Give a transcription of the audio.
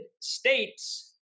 States